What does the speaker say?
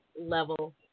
level